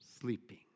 sleeping